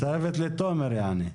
מצטרפת לתומר יעני.